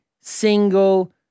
single